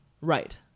Right